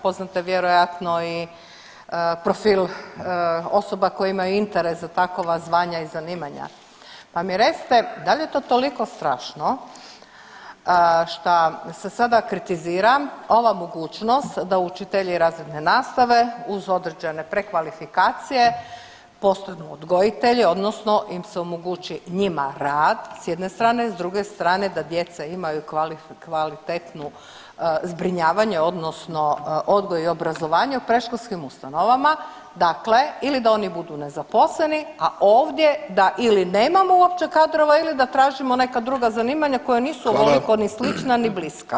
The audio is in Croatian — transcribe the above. Poznate vjerojatno i profil osoba koji imaju interes za takva zvanja i zanimanja, pa mi recite da li je to toliko strašno šta se sada kritizira ova mogućnost da učitelji razredne nastave uz određene prekvalifikacije postanu odgojitelji odnosno im se omogući njima rad s jedne strane, s druge strane da djeca imaju kvalitetno zbrinjavanje odnosno odgoj i obrazovanje u predškolskim ustanovama, dakle ili da oni budu nezaposleni, a ovdje da ili nemamo uopće kadrova ili da tražimo neka druga zanimanja koja nisu ovoliko ni slična [[Upadica: Hvala.]] ni bliska.